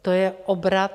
To je obrat.